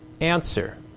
Answer